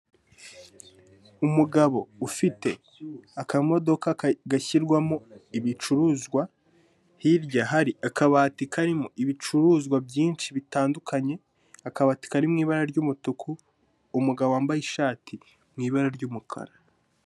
Umugabo ufite, akamodoka kagashyirwamo ibicuruzwa. Hirya hari akabati karimo ibicuruzwa byinshi bitandukanye. Akabati karimo ibara ry'umutuku. Umugabo wambaye ishati mu ibara ry'umukara.